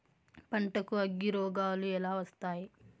పంటకు అగ్గిరోగాలు ఎలా వస్తాయి?